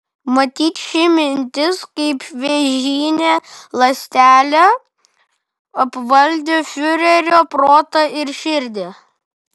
matyt ši mintis kaip vėžinė ląstelė apvaldė fiurerio protą ir širdį